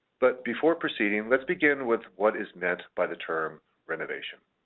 but before proceeding, let's begin with what is meant by the term renovation.